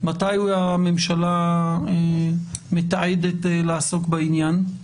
מתי הממשלה מתעתדת לעסוק בעניין?